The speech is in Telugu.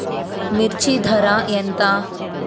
మిర్చి ధర ఎంత?